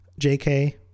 JK